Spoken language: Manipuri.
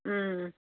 ꯎꯝ